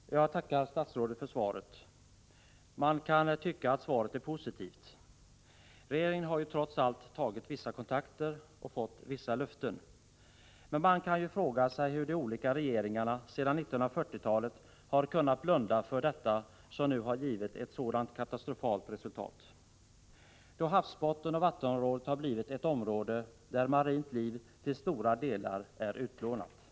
Herr talman! Jag tackar statsrådet för svaret. Man kan tycka att svaret är positivt. Regeringen har ju trots allt tagit vissa kontakter och fått vissa löften. Men man måste fråga sig hur de olika regeringarna sedan 1940-talet har kunnat blunda för det som nu har givit ett så katastrofalt resultat, då havsbottnen och vattenområdet har blivit ett område, där marint liv till stora delar är utplånat. Prot.